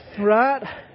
Right